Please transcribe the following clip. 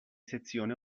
sezione